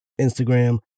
Instagram